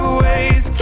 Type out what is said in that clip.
ways